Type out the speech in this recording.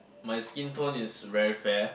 my skin tone is very fair